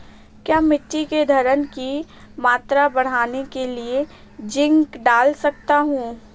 क्या मिट्टी की धरण की मात्रा बढ़ाने के लिए जिंक डाल सकता हूँ?